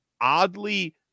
oddly